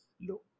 low